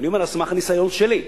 ואני אומר על סמך הניסיון שלי.